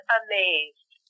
amazed